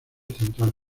central